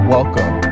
Welcome